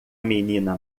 menina